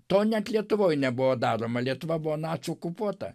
to net lietuvoj nebuvo daroma lietuva buvo nacių okupuota